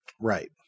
Right